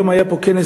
היום היה פה כנס,